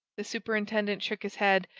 the superintendent shook his head,